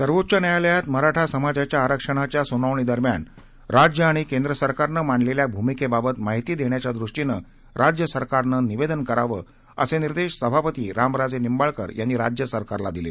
सर्वोच्च न्यायालयात मराठा समजाच्या आरक्षणाच्या सुनावणीदरम्यान राज्य आणि केंद्र सरकारने मांडलेल्या भूमिकेबाबत माहिती देण्याच्या दृष्टीनं राज्य सरकारनं निवेदन करावं असे निर्देश सभापती रामराजे निंबाळकर यांनी राज्य सरकारला दिले